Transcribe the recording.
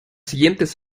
siguientes